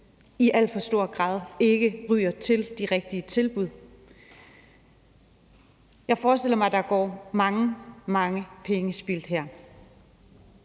i al for stor grad ikke ryger til de rigtige tilbud. Jeg forestiller mig, at der går mange, mange penge spildt her.